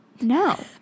No